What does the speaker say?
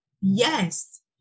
yes